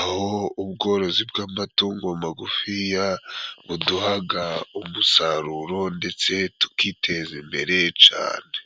aho ubworozi bw'amatungo magufiya buduhaga umusaruro ndetse tukiteza imbere cane.